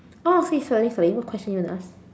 oh okay sorry sorry what question you want to ask